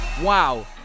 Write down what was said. Wow